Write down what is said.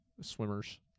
swimmers